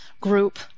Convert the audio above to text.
group